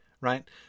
right